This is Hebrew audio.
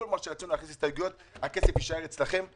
כל מה שרצינו להכניס כהסתייגויות ולא נכנס הכסף יישאר אצלכם,